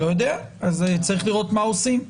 אז צריך לראות מה עושים.